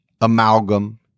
amalgam